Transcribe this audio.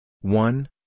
one